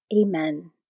Amen